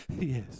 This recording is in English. yes